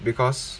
because